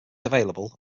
available